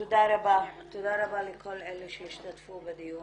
תודה רבה לכל אלה שהשתתפו בדיון.